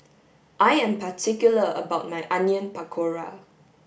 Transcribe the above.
I am particular about my onion pakora